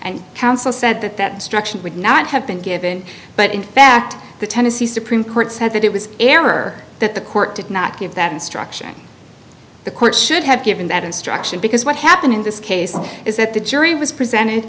and counsel said that that instruction would not have been given but in fact the tennessee supreme court said that it was error that the court did not give that instruction the court should have given that instruction because what happened in this case is that the jury was presented